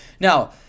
Now